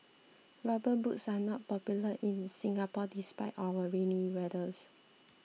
rubber boots are not popular in Singapore despite our rainy weathers